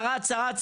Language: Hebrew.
שרד,